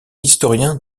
historien